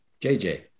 JJ